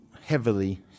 heavily